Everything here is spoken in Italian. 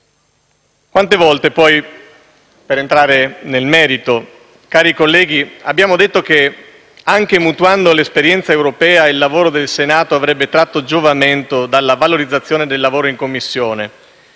Quante volte, per entrare nel merito, cari colleghi, abbiamo detto che, anche mutuando l'esperienza europea, il lavoro del Senato avrebbe tratto giovamento dalla valorizzazione del lavoro in Commissione.